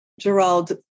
Gerald